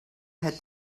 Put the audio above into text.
had